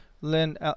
Lynn